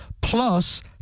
plus